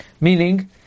Meaning